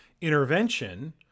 intervention